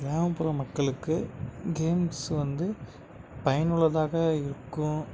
கிராமப்புற மக்களுக்கு கேம்ஸ் வந்து பயனுள்ளதாக இருக்கும்